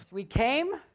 we came,